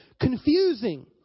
confusing